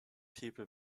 people